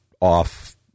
off